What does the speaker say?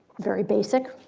very basic.